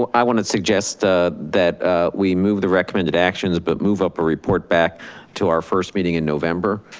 but i want to suggest that we move the recommended actions but move up a report back to our first meeting in november,